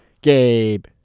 Gabe